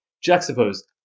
juxtaposed